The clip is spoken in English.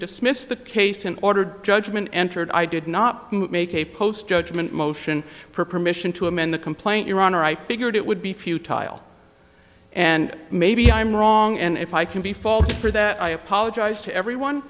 dismissed the case and ordered judgment entered i did not make a post judgment motion for permission to amend the complaint your honor i figured it would be futile and maybe i'm wrong and if i can be faulted for that i apologize to everyone